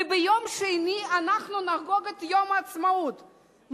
וביום שני אנחנו נחגוג את יום העצמאות,